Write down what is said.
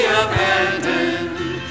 abandoned